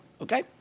okay